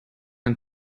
ein